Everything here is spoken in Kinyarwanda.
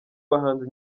bahanzi